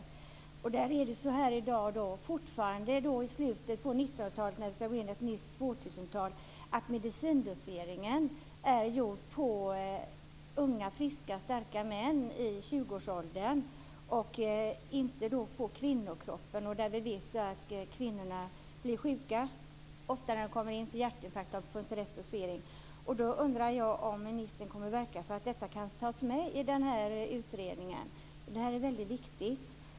Fortfarande är det så i slutet på 1900-talet, när vi ska gå in i ett nytt årtusende, att medicindoseringen är avpassad för unga, friska, starka män i 20-årsåldern och inte för kvinnokroppen. Vi vet att kvinnor blir sjuka och oftare får hjärtinfarkt därför att de inte fått rätt dosering. Därför undrar jag om ministern kan verka för att detta tas med i utredningen, för det här är väldigt viktigt.